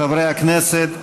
חברי הכנסת,